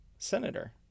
senator